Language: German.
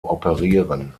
operieren